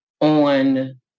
on